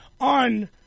on